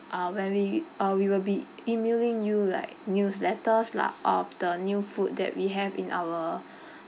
uh when we uh we will be emailing you like newsletters lah of the new food that we have in our